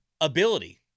ability